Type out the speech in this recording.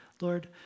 Lord